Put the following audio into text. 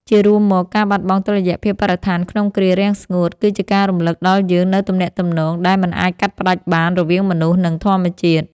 ជារួមមក ការបាត់បង់តុល្យភាពបរិស្ថានក្នុងគ្រារាំងស្ងួត គឺជាការរំលឹកដល់យើងនូវទំនាក់ទំនងដែលមិនអាចកាត់ផ្ដាច់បានរវាងមនុស្ស និងធម្មជាតិ។